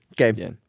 Okay